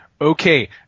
okay